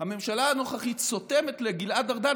הממשלה הנוכחית סותמת לגלעד ארדן,